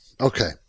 Okay